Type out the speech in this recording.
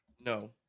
No